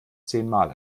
zehnmal